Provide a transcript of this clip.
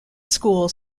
school